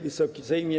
Wysoki Sejmie!